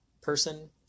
person